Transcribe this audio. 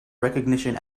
recognition